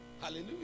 hallelujah